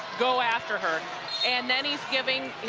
go after her and then he's giving